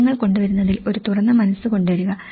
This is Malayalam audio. വിവരങ്ങൾ കൊണ്ടുവരുന്നതിൽ ഒരു തുറന്ന മനസ് കൊണ്ടുവരിക